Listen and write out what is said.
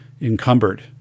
encumbered